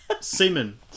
semen